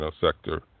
sector